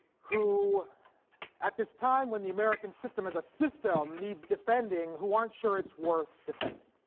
who at this time when the american system as a system needs defending who aren't sure it's worth defending